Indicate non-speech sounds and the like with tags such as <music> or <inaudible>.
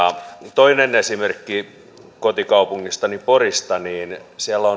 toinen esimerkki kotikaupungistani porista siellä <unintelligible>